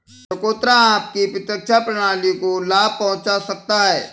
चकोतरा आपकी प्रतिरक्षा प्रणाली को लाभ पहुंचा सकता है